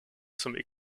zum